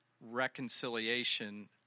reconciliation